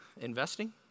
Investing